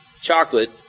chocolate